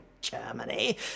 Germany